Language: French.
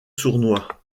sournois